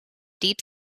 deep